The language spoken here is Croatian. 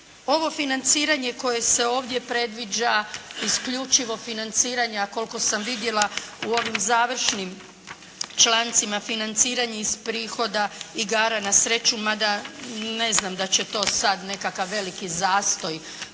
ovo financiranje koje se ovdje predviđa isključivo financiranje, a koliko sam vidjela u ovim završnim člancima financiranje iz prihoda igara na sreću, mada ne znam da će to sad nekakav veliki zastoj